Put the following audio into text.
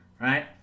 right